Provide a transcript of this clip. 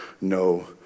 no